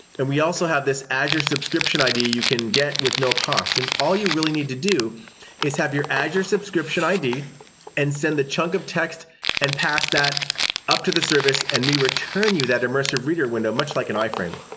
and we also have this azure subscription id you can get with no cost. all you really need to do is have your azure subscription id and send the chunk of text and pass that up to the service and we return you that the immersive reader window, much like an iframe.